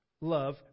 love